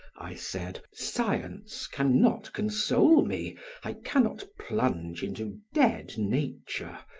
i said, science can not console me i can not plunge into dead nature,